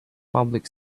public